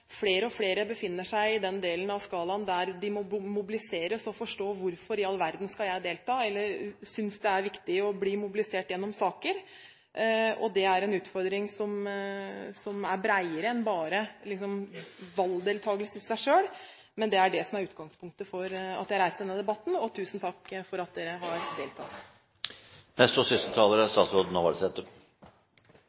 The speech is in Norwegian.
flere og flere befinner seg i den delen av skalaen der de må mobiliseres og forstå hvorfor i all verden de skal delta, eller synes det er viktig å bli mobilisert gjennom saker. Dét en utfordring som er bredere enn bare valgdeltakelse i seg selv, men det var utgangspunktet for at jeg reiste denne debatten. Tusen takk for at dere har deltatt! Takk til interpellanten og deltakarar i debatten for ein god debatt. Det er